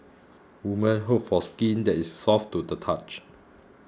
women hope for skin that is soft to the touch